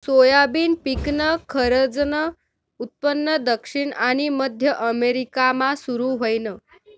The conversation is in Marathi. सोयाबीन पिकनं खरंजनं उत्पन्न दक्षिण आनी मध्य अमेरिकामा सुरू व्हयनं